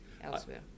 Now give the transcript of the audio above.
elsewhere